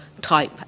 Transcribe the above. type